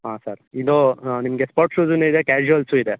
ಹಾಂ ಸರ್ ಇದು ನಿಮಗೆ ಸ್ಪೋರ್ಟ್ ಶೂಸುನು ಇದೆ ಕ್ಯಾಶುವಲ್ಸು ಇದೆ